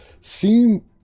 seem